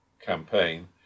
campaign